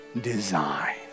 design